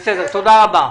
תודה רבה.